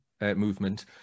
movement